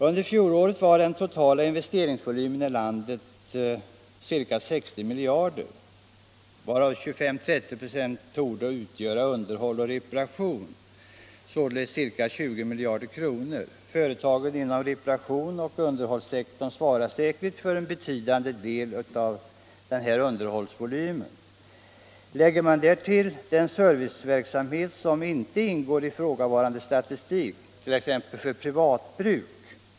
Under fjolåret var den totala investeringsvolymen i landet ca 60 mil Jarder, varav 25-30 26 — således ca 20 miljarder — torde utgöra underhåll och reparation. Företag inom reparations och underhållssektorn svarar säkerligen för en betydande del av den här underhållsvolymen. Lägger man därtill den serviceverksamhet som inte ingår i ifrågavarande statistik. t.ex. för privatbruk.